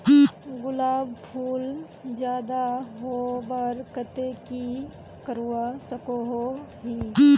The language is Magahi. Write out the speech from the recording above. गुलाब फूल ज्यादा होबार केते की करवा सकोहो ही?